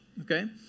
Okay